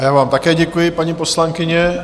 Já vám také děkuji, paní poslankyně.